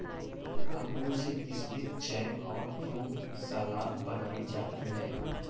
अंगूर से किशमिस जैम और फ्रूट सलाद बनाई जाती है